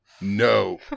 No